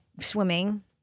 swimming